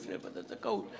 יפנה לוועדת זכאות.